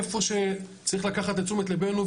איפה שצריך לקחת לתשומת ליבנו,